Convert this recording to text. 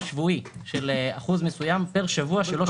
שבועי של אחוז מסוים פר שבוע שלא שולם.